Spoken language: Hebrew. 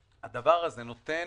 הדבר הזה נותן